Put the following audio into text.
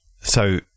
So-